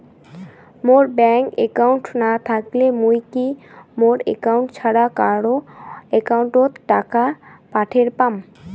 মোর bank account না থাকিলে মুই কি মোর একাউন্ট ছাড়া কারো একাউন্ট অত টাকা পাঠের পাম?